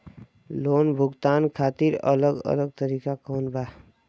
Loan भुगतान खातिर अलग अलग तरीका कौन बा?